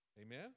Amen